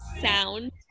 sound